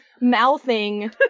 mouthing